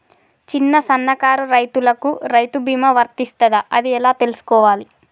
చిన్న సన్నకారు రైతులకు రైతు బీమా వర్తిస్తదా అది ఎలా తెలుసుకోవాలి?